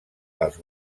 els